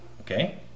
okay